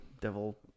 devil